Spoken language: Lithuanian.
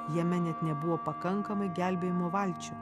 jame net nebuvo pakankamai gelbėjimo valčių